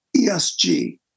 ESG